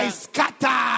scatter